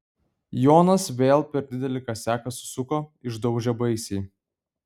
jonas vėl per didelį kasiaką susuko išdaužė baisiai